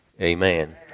Amen